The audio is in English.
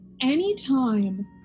anytime